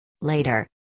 Later